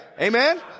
Amen